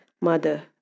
Mother